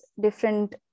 different